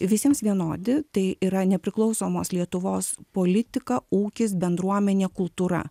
visiems vienodi tai yra nepriklausomos lietuvos politika ūkis bendruomenė kultūra